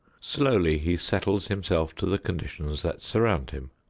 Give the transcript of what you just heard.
slowly he settles himself to the conditions that surround him.